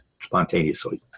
spontaneously